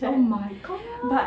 oh my god